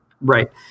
Right